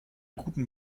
guten